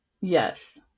yes